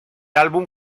álbum